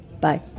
Bye